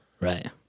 right